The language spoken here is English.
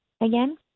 again